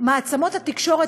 מעצמות התקשורת,